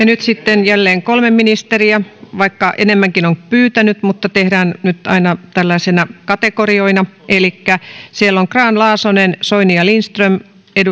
nyt sitten jälleen kolme ministeriä vaikka enemmänkin on pyytänyt mutta tehdään nyt aina tällaisina kategorioina elikkä siellä on grahn laasonen soini ja lindström